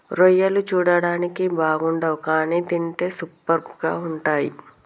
రొయ్యలు చూడడానికి బాగుండవ్ కానీ తింటే సూపర్గా ఉంటయ్